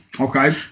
Okay